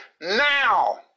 now